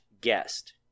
guest